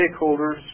stakeholders